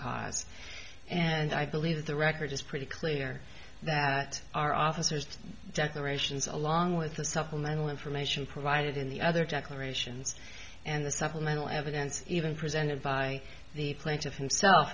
cause and i believe the record is pretty clear that our officers declarations along with the supplemental information provided in the other declarations and the supplemental evidence even presented by the plaintiff himself